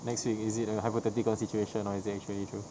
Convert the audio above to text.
next week is it a hypothetical situation or is it actually true